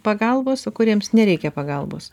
pagalbos o kuriems nereikia pagalbos